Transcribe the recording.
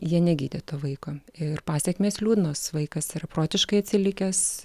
jie negydė to vaiko ir pasekmės liūdnos vaikas yra protiškai atsilikęs